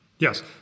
Yes